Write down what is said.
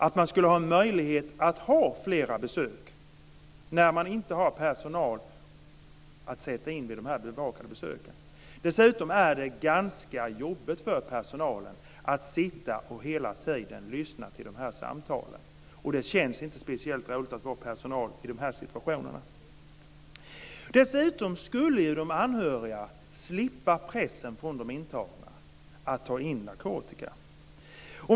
Det skulle finnas en möjlighet att ta emot flera besök när man inte har personal att sätta in vid de här bevakade besöken. Dessutom är det ganska jobbigt för personalen att hela tiden sitta och lyssna till de här samtalen. Det känns inte speciellt roligt att vara personal i de här situationerna. Dessutom skulle de anhöriga slippa pressen från de intagna att ta in narkotika.